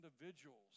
individuals